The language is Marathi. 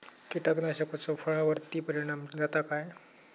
कीटकनाशकाचो फळावर्ती परिणाम जाता काय?